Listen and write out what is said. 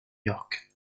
york